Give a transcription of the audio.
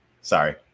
sorry